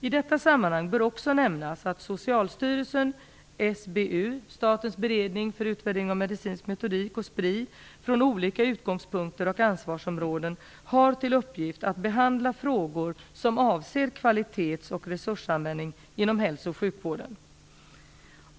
I detta sammanhang bör också nämnas att Socialstyrelsen, SBU, Statens beredning för utvärdering av medicinsk metodik, och Spri från olika utgångspunkter och ansvarsområden har till uppgift att behandla frågor som avser kvalitets och resursanvändning inom hälso och sjukvården.